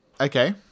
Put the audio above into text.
Okay